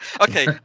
Okay